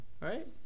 Right